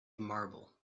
marble